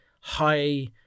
high